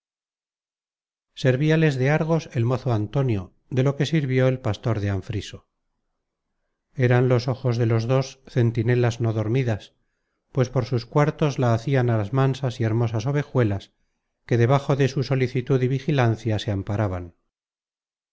pensamiento servíales de argos el mozo antonio de lo que sirvió el pastor de anfriso eran los ojos de los dos centinelas no dormidas pues por sus cuartos la hacian á las mansas y hermosas ovejuelas que debajo de su solicitud y vigilancia se amparaban